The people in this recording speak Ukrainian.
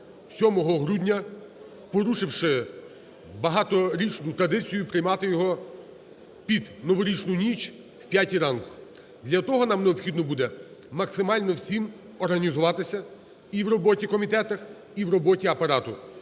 7 грудня, порушивши багаторічну традицію приймати його під новорічну ніч о 5-й ранку. Для того нам необхідно буде максимально всім організуватися і в роботі комітетів, і в роботі Апарату.